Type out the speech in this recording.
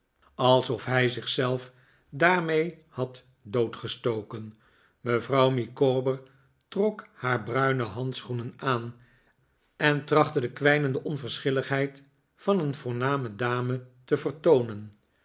alsof hij zich zelf daarmee had doodgestoken mevrouw micawber trok haar bruine handschoenen aan en trachtte de kwijnehde onverschilligheid van een voorname dame te vertoonen